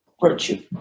virtue